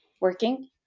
working